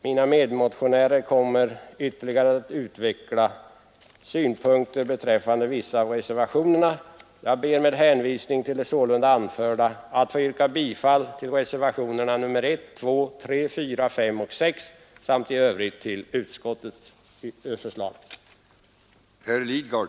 Mina medmotionärer kommer senare att ytterligare utveckla sina synpunkter på vissa reservationer, och jag ber nu med det anförda att få yrka bifall till reservationerna 1, 2, 3, 4, 5 och 6. I övrigt yrkar jag bifall till utskottets hemställan.